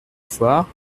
foire